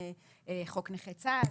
חוק נכי צה"ל,